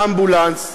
באמבולנס,